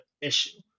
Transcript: issue